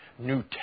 new